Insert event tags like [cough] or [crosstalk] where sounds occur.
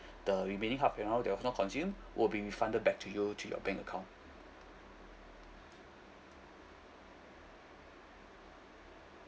[breath] the remaining half an hour that was not consumed [breath] will be refunded back to you to your bank account